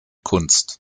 kunst